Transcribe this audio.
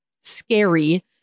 scary